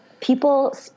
people